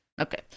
Okay